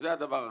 זה הדבר הראשון.